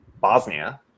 Bosnia